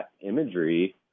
imagery